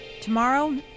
tomorrow